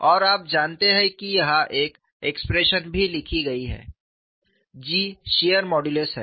और आप जानते हैं कि यहां एक एक्सप्रेशन भी लिखी गई है G शियर मॉडुलस है